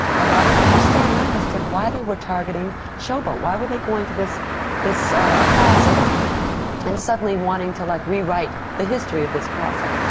although i didn't understand, none of us did, why they were targeting show boat? why were they going to this this classic and suddenly wanting to, like, rewrite the history of this classic?